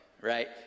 right